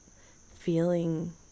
feeling